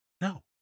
No